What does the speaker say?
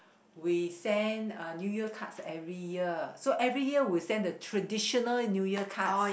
we send a New Year cards every year so every year we send the traditional New Year cards